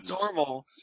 normal